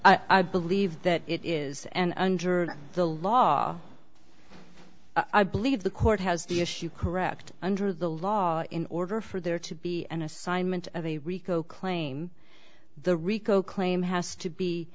side i believe that it is and under the law i believe the court has the issue correct under the law in order for there to be an assignment of a rico claim the rico claim has to be